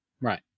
right